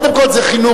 קודם כול זה חינוך,